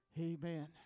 Amen